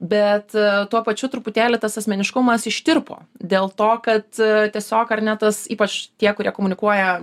bet tuo pačiu truputėlį tas asmeniškumas ištirpo dėl to kad tiesiog ar ne tas ypač tie kurie komunikuoja